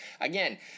again